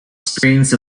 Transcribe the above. strains